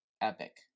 Epic